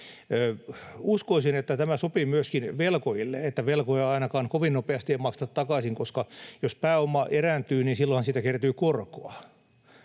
Uskoisin, että tämä sopii myöskin velkojille, että velkoja ei ainakaan kovin nopeasti makseta takaisin, koska jos pääoma erääntyy, niin silloinhan siitä kertyy korkoa,